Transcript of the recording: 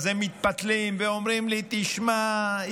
אז הם מתפתלים ואומרים לי: תשמע,